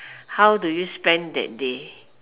how do you spend that day